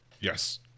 Yes